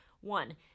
One